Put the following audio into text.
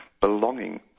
belonging